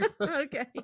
okay